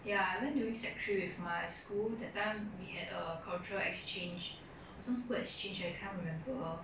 ya I went during sec three with my school that time we had a cultural exchange or some school exchange I can't remember